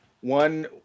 One